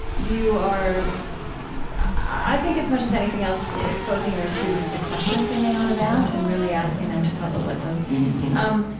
you are i think as much as anything else exposing your students to questions they may not have asked, and really asking them to puzzle with them dr.